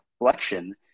reflection